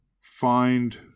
find